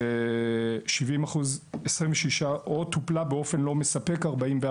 וכ-44% השיבו כי היא טופלה באופן לא מספק.